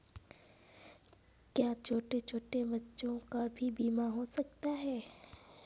क्या छोटे छोटे बच्चों का भी बीमा हो सकता है?